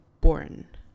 born